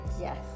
yes